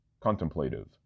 Contemplative